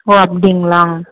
ஓ அப்படிங்களா